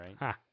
right